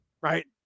right